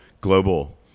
global